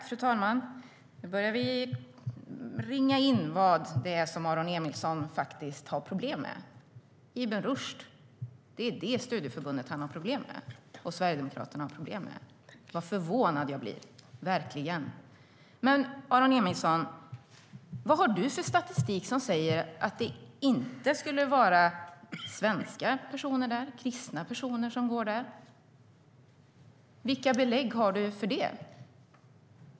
Fru talman! Nu börjar vi ringa in vad det är som Aron Emilsson faktiskt har problem med. Ibn Rushd är det studieförbund som han och Sverigedemokraterna har problem med. Vad förvånad jag blir - verkligen. Men, Aron Emilsson, vad har du för statistik som säger att det inte skulle vara svenska personer eller kristna personer som går där? Vilka belägg har du för det?